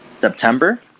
September